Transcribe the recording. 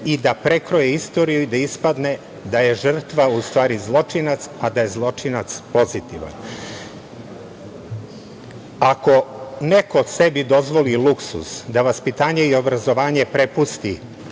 i da prekroje istoriju i da ispadne da je žrtva, u stvari zločinac, a da je zločinac pozitivan. Ako neko sebi dozvoli luksuz da vaspitanje i obrazovanje prepusti